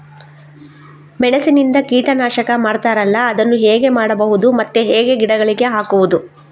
ಮೆಣಸಿನಿಂದ ಕೀಟನಾಶಕ ಮಾಡ್ತಾರಲ್ಲ, ಅದನ್ನು ಹೇಗೆ ಮಾಡಬಹುದು ಮತ್ತೆ ಹೇಗೆ ಗಿಡಗಳಿಗೆ ಹಾಕುವುದು?